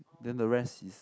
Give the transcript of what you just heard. then the rest is